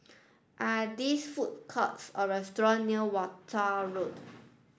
are there food courts or restaurants near Walton Road